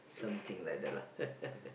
something like that lah